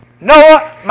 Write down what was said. Noah